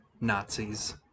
Nazis